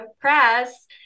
press